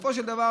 בסופו של דבר,